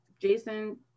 Jason